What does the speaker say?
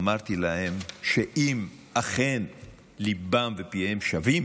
אמרתי להם שאם אכן ליבם ופיהם שווים,